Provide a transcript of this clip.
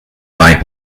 bei